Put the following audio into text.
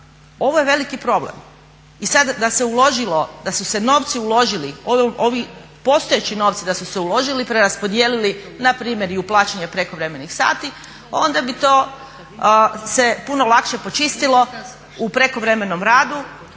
ovo je veliki problem. i sada da su se novci uložili ovi postojeći novci da su se uložili i preraspodijeli npr. i u plaćanje prekovremenih sati onda bi se to puno lakše počistilo u prekovremenom radu